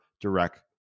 direct